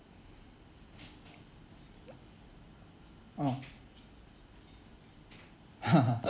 mm ah